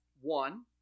one